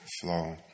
flow